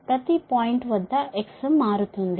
ప్రతి పాయింట్ వద్ద x మారుతుంది